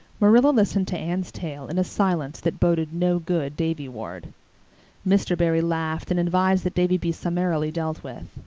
marilla listened to anne's tale in a silence that boded no good davy-ward mr. barry laughed and advised that davy be summarily dealt with.